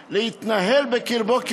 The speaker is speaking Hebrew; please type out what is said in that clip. "הוא מתיר רק למיעוט להתנהל בקרבו כרצונו".